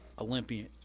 Olympian